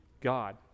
God